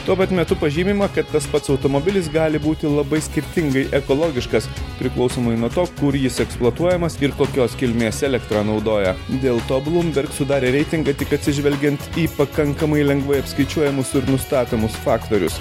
tuo pat metu pažymima kad tas pats automobilis gali būti labai skirtingai ekologiškas priklausomai nuo to kur jis eksploatuojamas ir kokios kilmės elektrą naudoja dėl to bloomberg sudarė reitingą tik atsižvelgiant į pakankamai lengvai apskaičiuojamus ir nustatomus faktorius